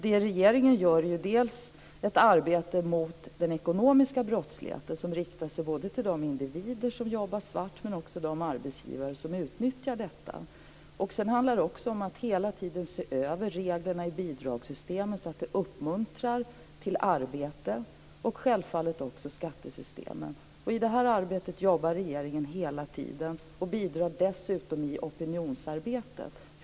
Det regeringen gör är dels ett arbete mot den ekonomiska brottsligheten. Det riktar sig både till de individer som jobbar svart och de arbetsgivare som utnyttjar detta. Det handlar också om att hela tiden se över reglerna i bidragssystemen så att de uppmuntrar till arbete, men också skattesystemen. Detta arbetar regeringen med hela tiden och bidrar dessutom i opinionsarbetet.